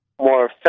more